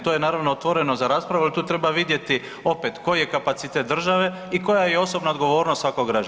To je naravno otvoreno za raspravu jer tu treba vidjeti opet koji je kapacitet države i koja je osobna odgovornost svakog građanina.